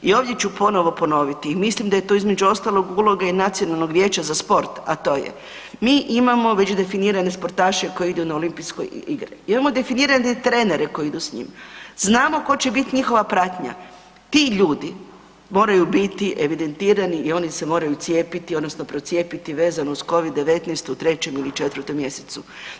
I ovdje ću ponovo ponoviti i mislim da je to između ostalog uloga i Nacionalnog vijeća za sport, a to je mi imamo već definirane sportaše koji idu na Olimpijske igre, imamo definirane trenere koji idu s njima, znamo tko će biti njihova pratnja, ti ljudi moraju biti evidentirani i oni se moraju cijepiti odnosno procijepiti vezano uz Covid-19 u 3. ili 4. mjesecu.